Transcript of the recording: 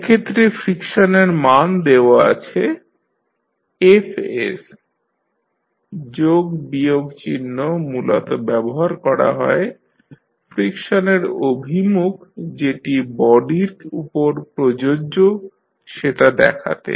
সেক্ষেত্রে ফ্রিকশনের মান দেওয়া আছে Fs যোগ বিয়োগ চিহ্ন মূলত ব্যবহার করা হয় ফ্রিকশনের অভিমুখ যেটি বডির উপর প্রযোজ্য সেটা দেখাতে